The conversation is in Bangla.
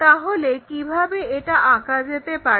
তাহলে কিভাবে এটা আঁকা যেতে পারে